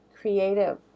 creative